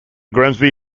grimsby